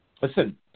listen